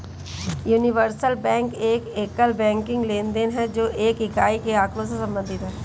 universal bank एक एकल banking लेनदेन है, जो एक इकाई के आँकड़ों से संबंधित है